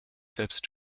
selbst